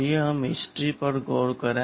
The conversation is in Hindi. आइए हम इतिहास पर गौर करें